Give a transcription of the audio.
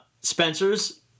Spencer's